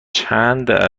چند